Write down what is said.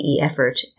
effort